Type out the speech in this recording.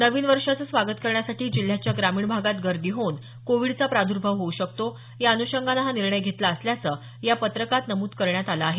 नवीन वर्षाचं स्वागत करण्यासाठी जिल्ह्याच्या ग्रामीण भागात गर्दी होऊन कोविडचा प्रादूर्भाव होऊ शकतो या अनुषंगानं हा निर्णय घेतला असल्याचं या पत्रकात नमूद करण्यात आलं आहे